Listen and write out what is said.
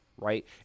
Right